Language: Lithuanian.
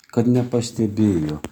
kad nepastebėjo